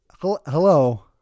hello